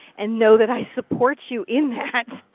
and know that i support you in that.